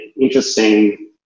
interesting